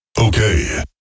Okay